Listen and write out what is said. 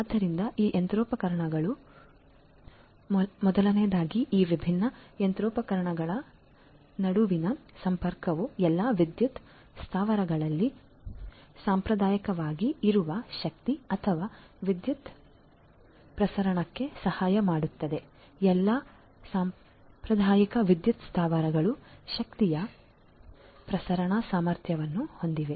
ಆದ್ದರಿಂದ ಈ ಯಂತ್ರೋಪಕರಣಗಳು ಮೊದಲನೆಯದಾಗಿ ಈ ವಿಭಿನ್ನ ಯಂತ್ರೋಪಕರಣಗಳ ನಡುವಿನ ಸಂಪರ್ಕವು ಎಲ್ಲಾ ವಿದ್ಯುತ್ ಸ್ಥಾವರಗಳಲ್ಲಿ ಸಾಂಪ್ರದಾಯಿಕವಾಗಿ ಇರುವ ಶಕ್ತಿ ಅಥವಾ ವಿದ್ಯುತ್ ಪ್ರಸರಣಕ್ಕೆ ಸಹಾಯ ಮಾಡುತ್ತದೆ ಎಲ್ಲಾ ಸಾಂಪ್ರದಾಯಿಕ ವಿದ್ಯುತ್ ಸ್ಥಾವರಗಳು ಶಕ್ತಿಯ ಪ್ರಸರಣ ಸಾಮರ್ಥ್ಯವನ್ನು ಹೊಂದಿವೆ